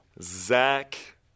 Zach